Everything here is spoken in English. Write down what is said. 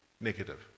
negative